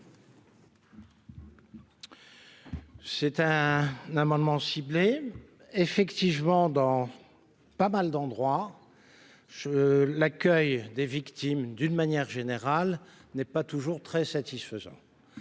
C'est un amendement ciblé ... Dans de nombreux endroits, l'accueil des victimes, d'une manière générale, n'est pas toujours très satisfaisant.